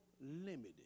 limited